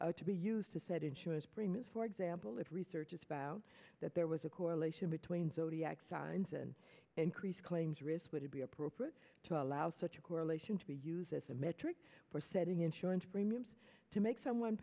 risk to be used to set insurance premiums for example if research is about that there was a correlation between zodiac signs and increased claims risk would it be appropriate to allow such a correlation to be used as a metric for setting insurance premiums to make someone